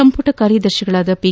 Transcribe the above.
ಸಂಪುಟ ಕಾರ್ಯದರ್ಶಿ ಪಿ